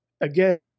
again